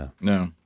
No